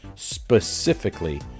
specifically